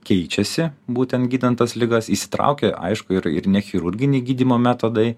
keičiasi būtent gydant tas ligas įsitraukia aišku ir ir nechirurginiai gydymo metodai